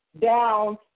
down